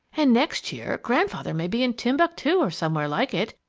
and next year grandfather may be in timbuctoo or somewhere like it,